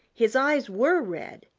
his eyes were red.